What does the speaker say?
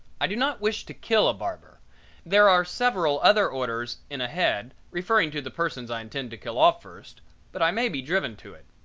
i do not wish to kill a barber there are several other orders in ahead, referring to the persons i intend to kill off first but i may be driven to it.